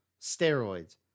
steroids